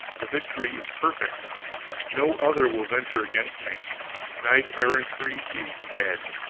the victory is perfect no other will venture against me knight-errantry is dead.